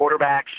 quarterbacks